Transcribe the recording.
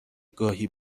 گاهی